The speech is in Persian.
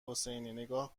حسینی، نگاه